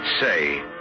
say